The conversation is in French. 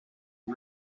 est